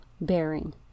bearing